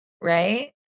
Right